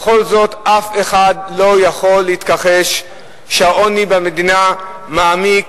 בכל זאת אף אחד לא יכול להתכחש לכך שהעוני במדינה מעמיק,